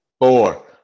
Four